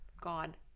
God